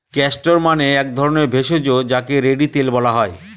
castor মানে এক ধরণের ভেষজ যাকে রেড়ি তেল বলা হয়